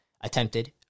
Attempted